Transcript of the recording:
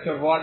এর ক্ষেত্রফল